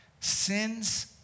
Sins